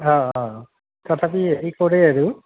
অঁ অঁ তথাপি হেৰি কৰে আৰু